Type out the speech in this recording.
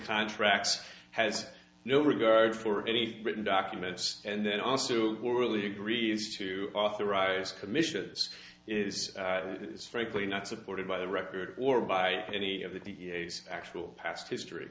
contracts has no regard for any written documents and also poorly agrees to authorize commissions is this frankly not supported by the record or by any of the actual past history